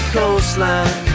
coastline